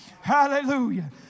Hallelujah